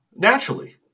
Naturally